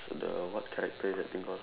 the what character is that thing called